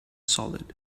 solid